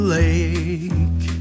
lake